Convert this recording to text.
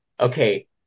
okay